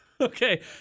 Okay